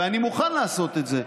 ואני מוכן לעשות את זה,